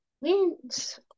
wins